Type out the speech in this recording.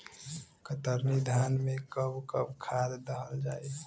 कतरनी धान में कब कब खाद दहल जाई?